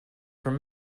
from